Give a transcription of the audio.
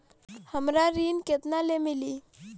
हमरा ऋण केतना ले मिली?